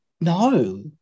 no